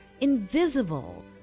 invisible